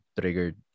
triggered